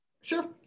Sure